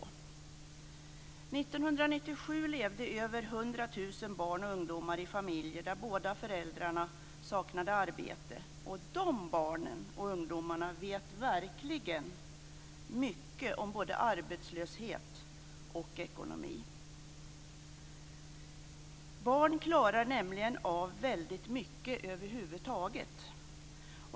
År 1997 levde över 100 000 barn och ungdomar i familjer där båda föräldrarna saknade arbete, och de barnen och ungdomarna vet verkligen mycket om både arbetslöshet och ekonomi. Barn kan nämligen klara av väldigt mycket över huvud taget.